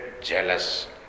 jealous